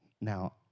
Now